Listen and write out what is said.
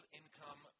income